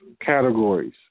categories